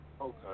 Okay